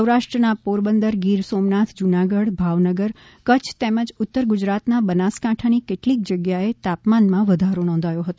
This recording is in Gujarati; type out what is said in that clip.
સૌરાષ્ટ્રના પોરબંદર ગીર સોમનાથ જ્રનાગઢ ભાવનગર કચ્છ તેમજ ઉત્તર ગુજરાતના બનાસકાંઠાની કેટલીક જગ્યાએ તાપમાનમાં વધારો નોંધાયો હતો